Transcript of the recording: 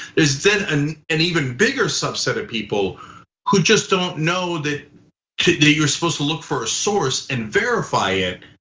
there's then an an even bigger subset of people who just don't know that and you're supposed to look for a source and verify it.